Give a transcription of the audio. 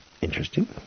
Interesting